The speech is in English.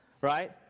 Right